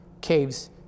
caves